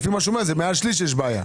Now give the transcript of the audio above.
לפי מה שהוא אומר זה מעל שליש יש בעיה.